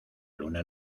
luna